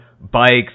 Bikes